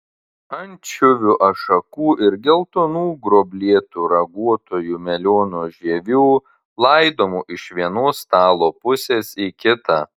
ančiuvių ašakų ir geltonų gruoblėtų raguotųjų melionų žievių laidomų iš vienos stalo pusės į kitą